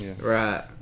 right